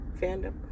Fandom